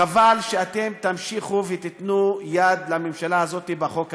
חבל שאתם תמשיכו ותיתנו יד לממשלה הזאת בחוק הזה.